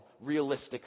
realistic